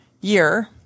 year